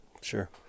Sure